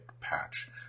patch